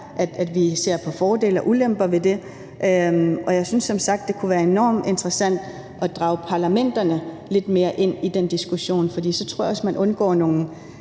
at vi ser på fordele og ulemper ved det. Og jeg synes som sagt, det kunne være enormt interessant at drage parlamenterne lidt mere ind i den diskussion, for så tror jeg også, man undgår nogle